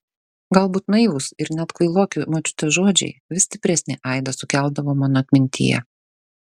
galbūt naivūs ir net kvailoki močiutės žodžiai vis stipresnį aidą sukeldavo mano atmintyje